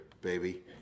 baby